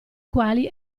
quali